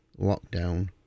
lockdown